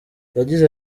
yagize